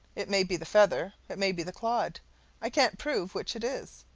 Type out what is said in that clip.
it may be the feather, it may be the clod i can't prove which it is,